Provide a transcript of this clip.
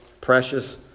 precious